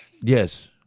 Yes